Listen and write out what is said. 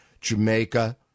Jamaica